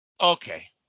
Okay